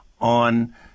on